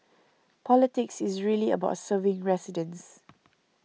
politics is really about serving residents